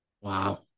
Wow